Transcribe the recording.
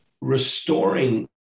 restoring